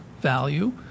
value